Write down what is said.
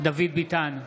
דוד ביטן,